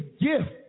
gift